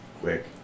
quick